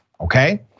okay